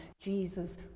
Jesus